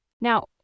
Now